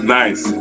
nice